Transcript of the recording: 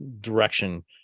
direction